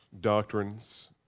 doctrines